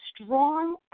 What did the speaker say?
strong